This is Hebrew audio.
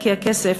כי הכסף